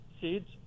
seeds